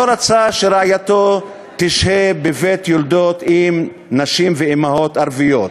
לא רצה שרעייתו תשהה בבית-יולדות עם נשים ואימהות ערביות.